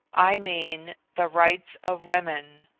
i mean, the rights of women.